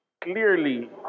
Clearly